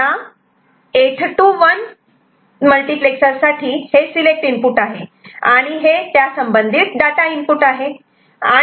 या 8 to 1 multiplexer साठी हे सिलेक्ट इनपुट आहे आणि हे त्यासंबंधित डाटा इनपुट आहे